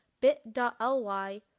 bit.ly